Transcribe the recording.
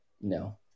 No